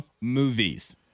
movies